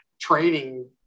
training